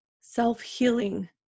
self-healing